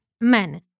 Men